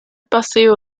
paseo